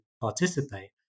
participate